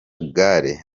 gare